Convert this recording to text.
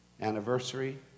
anniversary